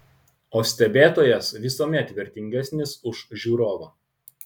o stebėtojas visuomet vertingesnis už žiūrovą